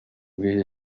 bwije